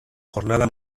jornada